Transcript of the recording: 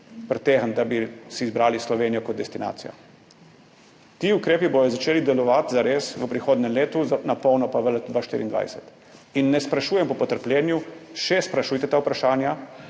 da bi si izbrali Slovenijo kot destinacijo. Ti ukrepi bodo začeli delovati zares v prihodnjem letu, na polno pa v letu 2024. In ne sprašujem po potrpljenju. Še sprašujte,